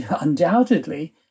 undoubtedly